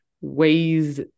ways